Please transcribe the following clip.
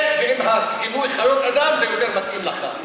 והדימוי "חיות אדם" יותר מתאים לך.